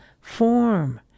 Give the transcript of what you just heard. form